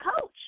coach